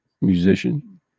Musician